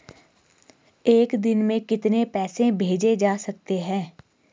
एक दिन में कितने पैसे भेजे जा सकते हैं?